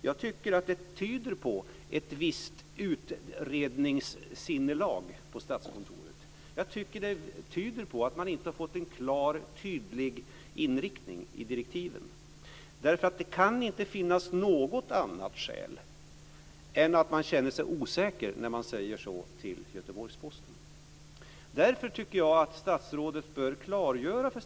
Jag tycker att det tyder på ett visst utredningssinnelag hos Statskontoret. Jag tycker också att det tyder på att man inte har fått en klar och tydlig inriktning i direktiven, därför att det kan inte finnas något annat skäl än att man känner sig osäker när man säger på det sätt som man har gjort till Göteborgs-Posten.